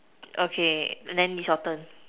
okay than is your turn